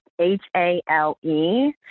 H-A-L-E